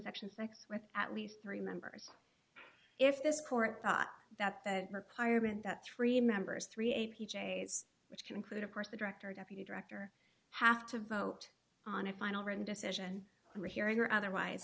infection facts with at least three members if this court thought that that requirement that three members three a p j's which can include of course the director deputy director have to vote on a final written decision on rehearing or otherwise